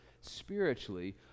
spiritually